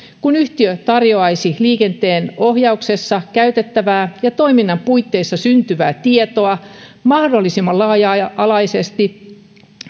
kun yhtiö tarjoaisi liikenteenohjauksessa käytettävää ja toiminnan puitteissa syntyvää tietoa mahdollisimman laaja laaja alaisesti